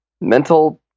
mental